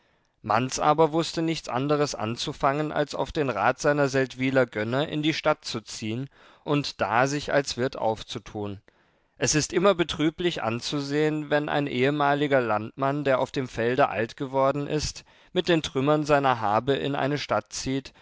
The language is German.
manz aber wußte nichts anderes anzufangen als auf den rat seiner seldwyler gönner in die stadt zu ziehen und da sich als wirt aufzutun es ist immer betrüblich anzusehen wenn ein ehemaliger landmann der auf dem felde alt geworden ist mit den trümmern seiner habe in eine stadt zieht